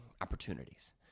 opportunities